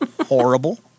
horrible